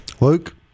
Luke